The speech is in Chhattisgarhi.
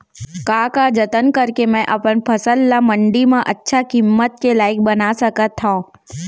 का का जतन करके मैं अपन फसल ला मण्डी मा अच्छा किम्मत के लाइक बना सकत हव?